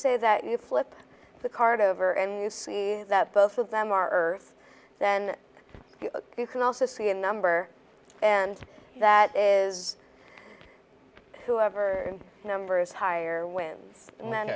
say that you flip the card over and you see that both of them are earth then you can also see a number and that is whoever numbers higher wins